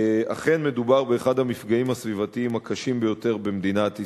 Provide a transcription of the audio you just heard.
אכן מדובר באחד המפגעים הסביבתיים הקשים ביותר במדינת ישראל.